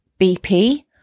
BP